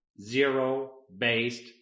zero-based